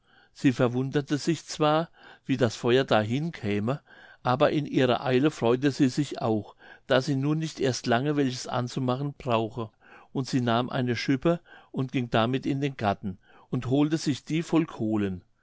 sie verwunderte sich zwar wie das feuer dahin käme aber in ihrer eile freute sie sich auch daß sie nun nicht erst lange welches anzumachen brauche und sie nahm eine schüppe und ging damit in den garten und holte sich die voll kohlen